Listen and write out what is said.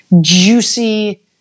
juicy